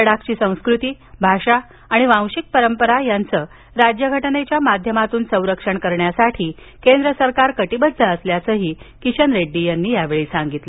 लडाखची संस्कृती भाषा आणि वांशिक परंपरा याचं राज्यघटनेच्या माध्यमातून संरक्षण करण्यासाठी केंद्र सरकार प्रयत्नशील असल्याचं जी किशन रेड्डी यांनी त्यांना सांगितलं